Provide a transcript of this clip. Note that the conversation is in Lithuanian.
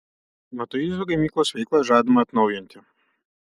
matuizų gamyklos veiklą žadama atnaujinti